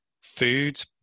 food